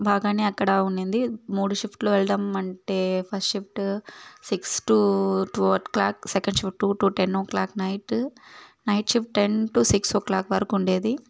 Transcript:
బాగానే అక్కడ ఉండింది మూడు షిఫ్ట్లు వెళ్లడం అంటే first shift six to two o'clock second shift two to ten o'clock night shift ten to six o'clock వరకు ఉండేది